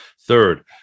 third